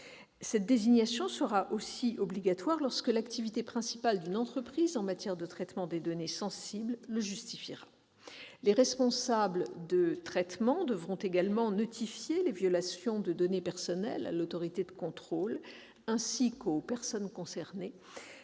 possibles. Elle sera aussi obligatoire lorsque l'activité principale d'une entreprise en matière de traitement des données sensibles le justifiera. Les responsables de traitement devront également notifier les violations de données personnelles à l'autorité de contrôle, ainsi qu'aux personnes concernées